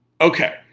Okay